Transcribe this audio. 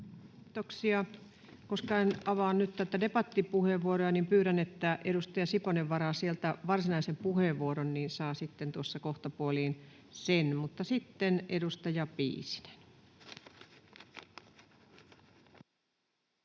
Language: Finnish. Kiitoksia. — Koska en avaa nyt debattipuheenvuoroja, niin pyydän, että edustaja Siponen varaa varsinaisen puheenvuoron, niin saa sitten tuossa kohtapuoliin sen. — Mutta sitten edustaja Piisinen. [Speech